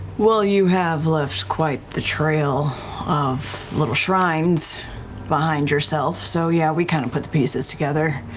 well, you have left quite the trail of little shrines behind yourself, so yeah, we kind of put the pieces together.